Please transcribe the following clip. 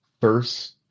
first